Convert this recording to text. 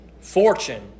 fortune